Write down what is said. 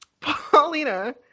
Paulina